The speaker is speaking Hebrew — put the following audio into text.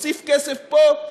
נוסיף כסף פה,